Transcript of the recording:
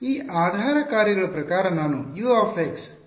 ಈ ಆಧಾರ ಕಾರ್ಯಗಳ ಪ್ರಕಾರ ನಾನು U ನ ಕ್ಷೇತ್ರವನ್ನು ಬರೆಯುತ್ತೇನೆ